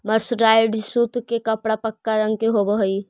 mercerised सूत के कपड़ा पक्का रंग के होवऽ हई